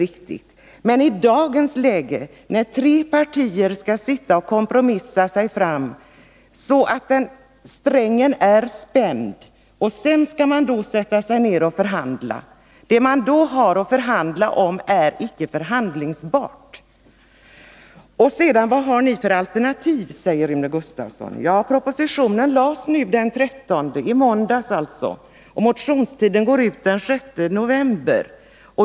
I dagens läge skall tre partier sitta och kompromissa, och strängen blir spänd. Sedan skall man sätta sig ned och förhandla. Det man då har att förhandla om är icke förhandlingsbart. Vad har ni för alternativ? frågade Rune Gustavsson. Propositionen lades fram den 13 oktober, alltså i måndags. Motionstiden går ut den 6 november.